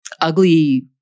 ugly